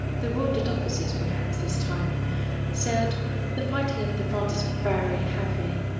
the wounded officers we had this time said the fighting at the front is very heavy.